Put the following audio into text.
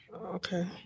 Okay